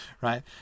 Right